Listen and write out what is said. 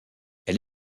elle